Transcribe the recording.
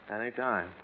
Anytime